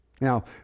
Now